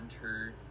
enter